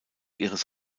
ihres